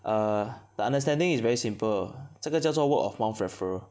err the understanding is very simple 这个叫做 word of mouth referral